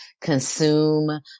consume